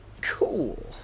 Cool